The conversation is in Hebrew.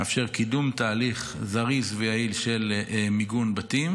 מאפשר קידום תהליך זריז ויעיל של מיגון בתים.